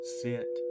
sit